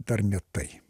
dar ne tai